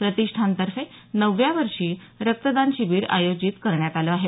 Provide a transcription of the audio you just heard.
प्रतिष्ठानतर्फे नवव्या वर्षी रक्तदान शिबीर आयोजित करण्यात आलं आहे